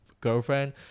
Girlfriend